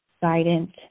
guidance